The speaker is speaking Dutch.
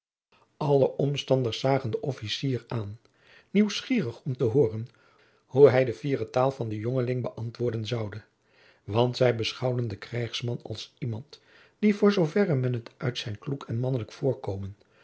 de omstanders zagen den officier aan nieuwsgierig om te hooren hoe hij de fiere taal van den jongeling beäntwoorden zoude want zij beschouwden den krijgsman als iemand die voor zoo verre men het uit zijn kloek en mannelijk voorkomen